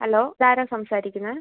hello ഇതാരാണ് സംസാരിക്കുന്നത്